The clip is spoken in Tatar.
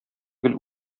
гел